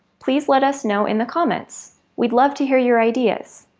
please let us know in the comments we'd love to hear your ideas!